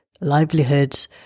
livelihoods